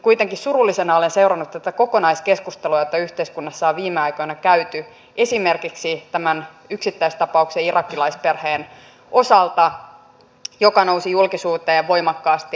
kuitenkin surullisena olen seurannut tätä kokonaiskeskustelua jota yhteiskunnassa on viime aikoina käyty esimerkiksi tämän yksittäistapauksen irakilaisperheen osalta joka nousi julkisuuteen voimakkaasti